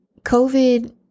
covid